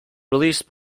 released